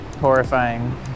horrifying